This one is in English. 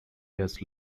years